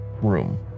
room